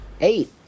Eight